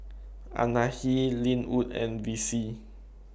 Anahi Linwood and Vicie